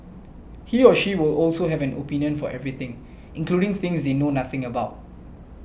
he or she will also have an opinion for everything including things they know nothing about